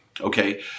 Okay